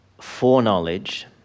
foreknowledge